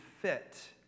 fit